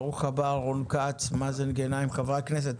ברוך הבא רון כץ, מאזן גנאים, חברי הכנסת.